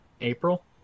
April